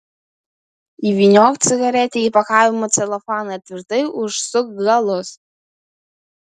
įvyniok cigaretę į pakavimo celofaną ir tvirtai užsuk galus